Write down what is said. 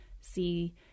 see